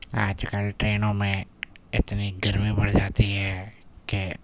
آج کل ٹرینوں میں اتنی گرمی بڑھ جاتی ہے کہ